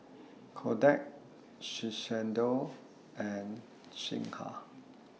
Kodak Shiseido and Singha